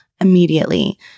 immediately